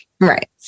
right